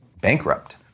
bankrupt